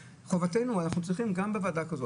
חובתנו ואנחנו צריכים גם בוועדת החינוך